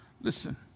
listen